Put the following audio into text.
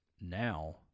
now